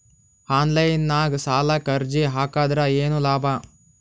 Online ನಾಗ್ ಸಾಲಕ್ ಅರ್ಜಿ ಹಾಕದ್ರ ಏನು ಲಾಭ?